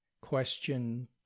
question